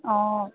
অঁ